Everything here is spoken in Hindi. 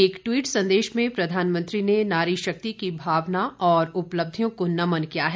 एक ट्वीट संदेश में प्रधानमंत्री ने नारी शक्ति की भावना और उपलब्धियों को नमन किया है